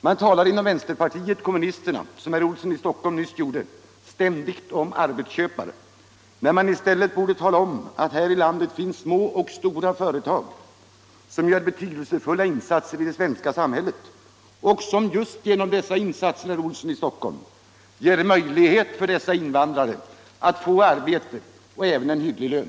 Man talar inom vänsterpartiet kommunisterna, som herr Olsson i Stockholm nyss gjorde, ständigt om arbetsköpare, när man i stället borde tala om, att här i landet finns små och stora företag som gör betydelsefulla insatser i det svenska samhället och som just genom dessa insatser ger möjlighet för invandrarna att få arbete och även en hygglig lön.